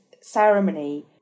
ceremony